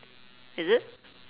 is it